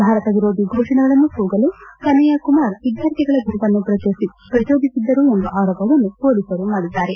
ಭಾರತ ವಿರೋಧಿ ಘೋಷಣೆಗಳನ್ನು ಕೂಗಲು ಕನ್ನಯ್ಲಕುಮಾರ್ ವಿದ್ನಾರ್ಥಿಗಳ ಗುಂಪನ್ನು ಪ್ರಚೋದಿಸಿದ್ದರು ಎಂಬ ಆರೋಪವನ್ನು ಪೊಲೀಸರು ಮಾಡಿದ್ದಾರೆ